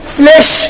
flesh